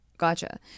Gotcha